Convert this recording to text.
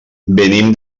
venim